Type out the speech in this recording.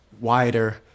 wider